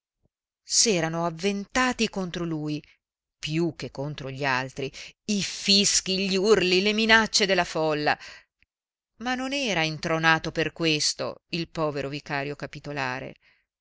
come se fosse intronato s'erano avventati contro lui più che contro gli altri i fischi gli urli le minacce della folla ma non era intronato per questo il povero vicario capitolare